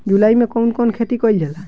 जुलाई मे कउन कउन खेती कईल जाला?